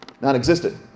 non-existent